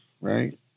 right